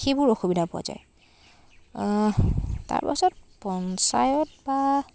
সেইবোৰ অসুবিধা পোৱা যায় তাৰপাছত পঞ্চায়ত বা